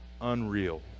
Unreal